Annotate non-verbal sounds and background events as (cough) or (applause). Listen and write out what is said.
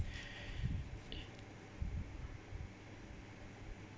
(breath)